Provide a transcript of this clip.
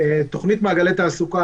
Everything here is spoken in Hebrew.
אני יכול להגיד לכם שבתוכנית "מעגלי תעסוקה",